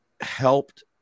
helped